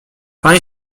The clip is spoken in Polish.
pan